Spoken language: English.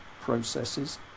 processes